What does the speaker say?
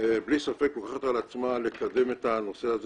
בלי ספק לוקחת על עצמה לקדם את הנושא הזה